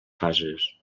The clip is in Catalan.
fases